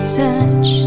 touch